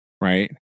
right